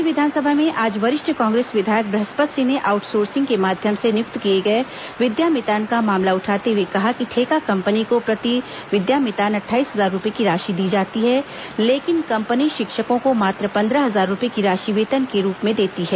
राज्य विधानसभा में आज वरिष्ठ कांग्रेस विधायक बृहस्पत सिंह ने आउटसोर्सिंग के माध्यम से नियुक्त किए गए विद्यामितान का मामला उठाते हुए कहा कि ठेका कंपनी को प्रति विद्यामितान अट्ठाईस हजार रूपए की राशि दी जाती है लेकिन कंपनी शिक्षकों को मात्र पन्द्रह हजार रूपए की राशि वेतन में रूप में देती है